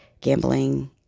gambling